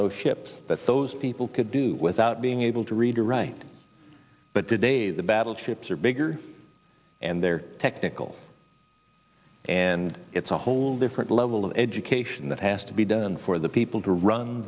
those ships but those people could do without being able to read or write but today the battleships are bigger and there are technical and it's a whole different level of education that has to be done for the people to run